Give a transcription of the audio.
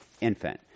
infant